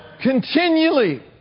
Continually